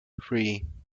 three